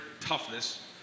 toughness